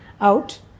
out